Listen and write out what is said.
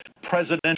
presidential